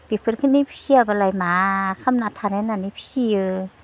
बेफोरखोनो फिसियाब्लालाय मा खालामना थानो होननानै फिसियो